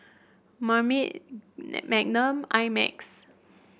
Marmite Magnum I Max